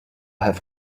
have